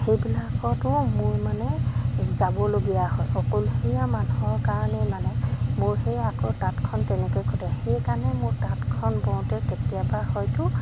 সেইবিলাকতো মোৰ মানে যাবলগীয়া হয় অকলশৰীয়া মানুহৰ কাৰণেই মানে মোৰ সেই আকৌ তাঁতখন তেনেকৈ ক্ষতি হয় সেইকাৰণে মোৰ তাঁতখন বওঁতে কেতিয়াবা হয়তো